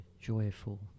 joyful